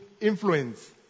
influence